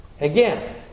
Again